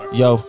yo